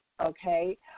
okay